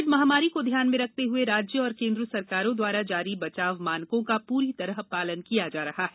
Covid महामारी को ध्यान में रखते हए राज्य और केंद्र सरकारों द्वारा जारी बचाव मानकों का पूरी तरह पालन किया जा रहा है